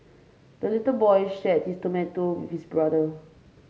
the little boy shared his tomato with brother